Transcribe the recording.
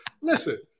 Listen